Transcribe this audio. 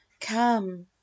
come